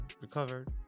recovered